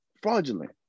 fraudulent